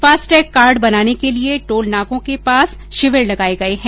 FASTag card बनाने के लिए टोल नाकों के पास शिविर लगाए गए हैं